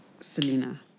Selena